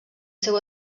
seu